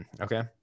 okay